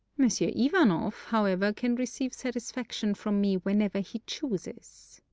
monsieur ivanoff, however, can receive satisfaction from me whenever he chooses!